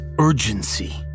urgency